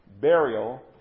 burial